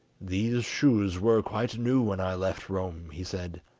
these shoes were quite new when i left rome he said,